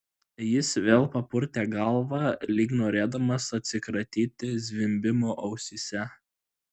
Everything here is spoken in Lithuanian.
jis vėl papurtė galvą lyg norėdamas atsikratyti zvimbimo ausyse